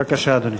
בבקשה, אדוני.